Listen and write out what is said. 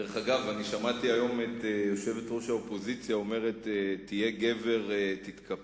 אם היא חשבה שזה מיותר היא היתה צריכה